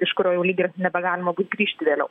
iš kurio jau lyg ir nebegalima bus grįžti vėliau